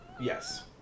Yes